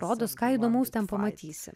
rodos ką įdomaus ten pamatysi